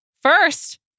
First